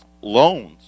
loans